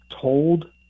told